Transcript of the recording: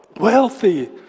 wealthy